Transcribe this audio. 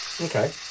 okay